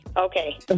Okay